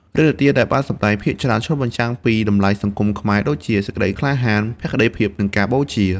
រឿងនិទានដែលបានសម្តែងភាគច្រើនឆ្លុះបញ្ចាំងពីតម្លៃសង្គមខ្មែរដូចជា សេចក្តីក្លាហាន ភក្ដីភាព និងការបូជា។